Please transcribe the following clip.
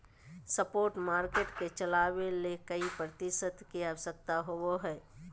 spot market के चलावय ले कई प्रतिभागी के आवश्यकता होबो हइ